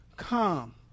Come